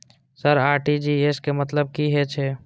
Sir RTGS के मतलब की हे छे?